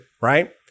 right